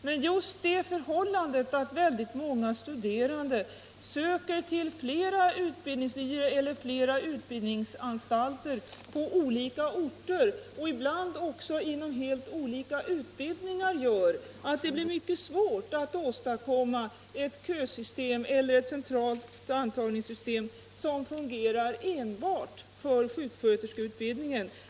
Men just det förhållandet att många studerande söker till flera utbildningslinjer eller flera utbildningsanstalter på olika orter och ibland också till helt olika utbildningar gör att det blir mycket svårt att åstadkomma ett kösystem eller ett centralt antagningssystem, som fungerar enbart för sjuksköterskeutbildningen.